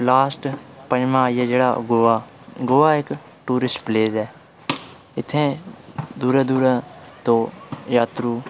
ते लॉस्ट पंजमा आइया जेह्ड़ा गोवा गोवा इक टूरिस्ट प्लेस ऐ इ'त्थें दूरा दूरा तो जात्तरू